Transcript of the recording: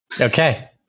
okay